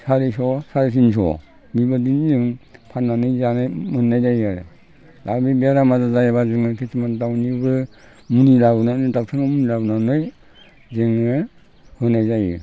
सारिस' सारायथिनस' बेबायदिनो जों फाननानै जानो मोननाय जायो आरो दा बे बेराम आजार जायोबा जोङो खिसुमान दाउनिबो मुलि लाबोनानै डक्ट'रनि मुलि लाबोनानै जोङो होनाय जायो